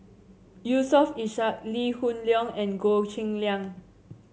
Yusof Ishak Lee Hoon Leong and Goh Cheng Liang